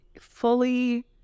fully